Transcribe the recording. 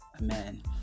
Amen